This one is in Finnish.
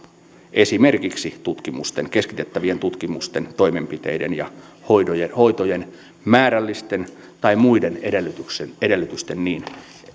esimerkiksi keskitettävien tutkimusten toimenpiteiden ja hoitojen määrällisten tai muiden edellytysten edellytysten niin